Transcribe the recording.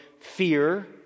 fear